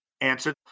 answer